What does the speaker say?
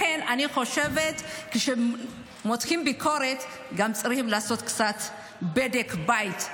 לכן אני חושבת שכשמותחים ביקורת צריך לעשות גם בדק בית,